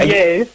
Yes